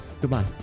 Goodbye